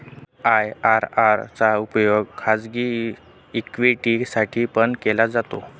IRR चा उपयोग खाजगी इक्विटी साठी पण केला जातो